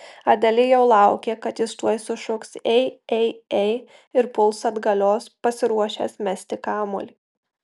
adelė jau laukė kad jis tuoj sušuks ei ei ei ir puls atgalios pasiruošęs mesti kamuolį